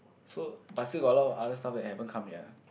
so but still got a lot of other stuff that haven't come yet lah